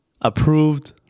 approved